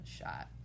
shot